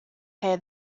pay